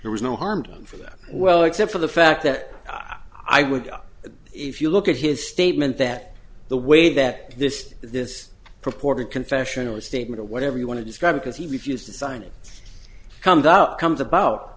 there was no harm done for them well except for the fact that i would if you look at his statement that the way that this this purported confession or statement or whatever you want to describe because he refused to sign it comes up comes about